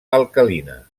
alcalina